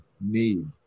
need